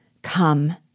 come